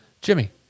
Jimmy